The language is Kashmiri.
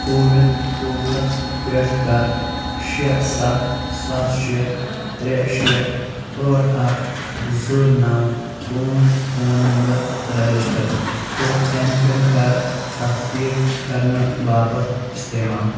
کووِن پوٹلَس پٮ۪ٹھ کَر شےٚ سَتھ سَتھ شےٚ ترٛےٚ شےٚ ٲٹھ اَکھ زٕ نَو پٲنٛژھ فون نمبر رَجِسٹَر تہٕ اٮ۪م پِن کَر تصدیٖق کرنہٕ باپتھ اِستعمال